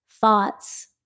thoughts